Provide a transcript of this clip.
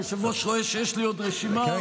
היושב-ראש רואה שיש לי עוד רשימה ארוכה ארוכה בכתב קטן.